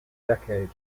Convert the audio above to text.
decade